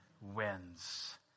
wins